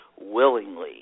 willingly